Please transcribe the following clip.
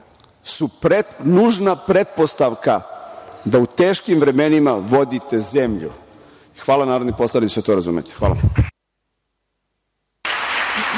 su nužna pretpostavka da u teškim vremenima vodite zemlju i hvala narodnim poslanicima što to razumeju. Hvala.